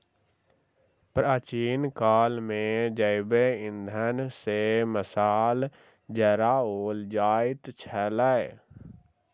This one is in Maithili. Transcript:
प्राचीन काल मे जैव इंधन सॅ मशाल जराओल जाइत छलै